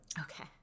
Okay